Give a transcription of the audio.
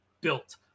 built